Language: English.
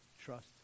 trust